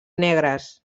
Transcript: negres